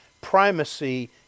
primacy